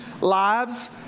Lives